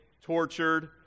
tortured